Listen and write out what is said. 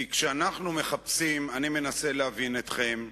כי כשאנחנו מחפשים, אני מנסה להבין אתכם,